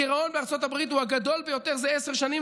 הגירעון בארצות הברית הוא הגדול ביותר זה עשר שנים,